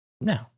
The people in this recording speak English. No